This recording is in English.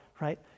right